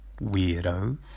weirdo